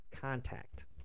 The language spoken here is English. contact